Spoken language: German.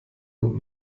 und